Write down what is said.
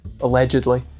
allegedly